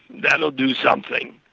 that'll do something,